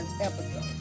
episode